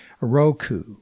Roku